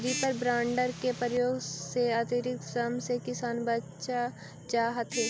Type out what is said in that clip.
reaper binder के प्रयोग से अतिरिक्त श्रम से किसान बच जा हथिन